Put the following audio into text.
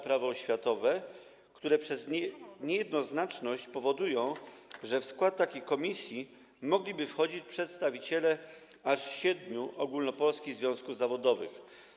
Prawo oświatowe, które przez niejednoznaczność powodują, że w skład takich komisji mogliby wchodzić przedstawiciele aż siedmiu ogólnopolskich związków zawodowych.